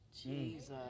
Jesus